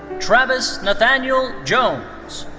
travis nathaniel jones.